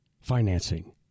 financing